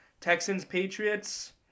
Texans-Patriots